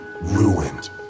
ruined